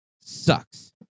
sucks